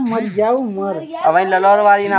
कीट कितने प्रकार के होते हैं?